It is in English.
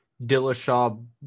Dillashaw